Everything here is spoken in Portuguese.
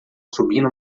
subindo